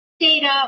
data